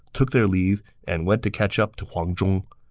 took their leave, and went to catch up to huang zhong.